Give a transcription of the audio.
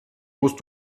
musst